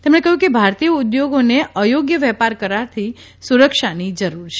તેમણે કહ્યુ કે ભારતીય ઉદ્યોગોને અયોગ્ય વેપાર કરારથી સુરક્ષાની જરૂર છે